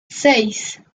seis